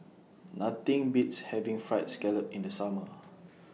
Nothing Beats having Fried Scallop in The Summer